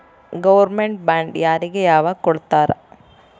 Government bond ಯಾರಿಗೆ ಯಾವಗ್ ಕೊಡ್ತಾರ?